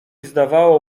zdawało